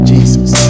Jesus